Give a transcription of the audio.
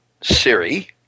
Siri